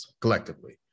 collectively